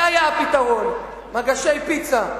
זה היה הפתרון, מגשי פיצה.